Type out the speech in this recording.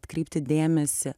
atkreipti dėmesį